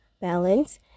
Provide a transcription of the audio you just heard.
balance